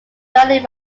directly